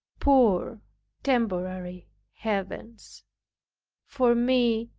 poor temporary heavens for me,